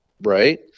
right